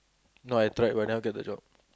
no I tried but I never get the job